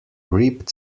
ripped